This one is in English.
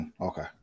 Okay